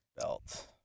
Belt